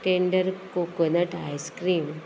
tender coconut ice-cream